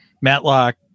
Matlock